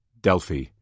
Delphi